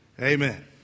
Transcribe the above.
Amen